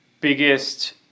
biggest